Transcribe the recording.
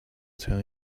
tell